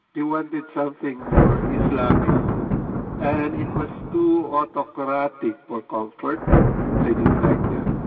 they wanted something more islamic and it was too autocratic for comfort they didn't like that.